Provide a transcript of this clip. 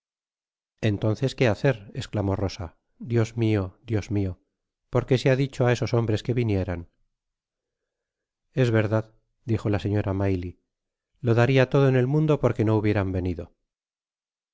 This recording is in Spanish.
entonces qué hacer esclamó rosadios mio dios mio por qué se ha dicho á esos hombres que vinieran es verdad dijo la señora maylie lo darialodo en el mundo porque no hubieran venido